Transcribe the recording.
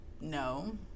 No